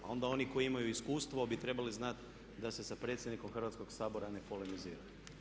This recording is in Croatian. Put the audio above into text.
A onda oni koji imaju iskustvo bi trebali znati da se sa predsjednikom Hrvatskog sabora ne polemizira.